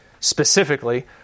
specifically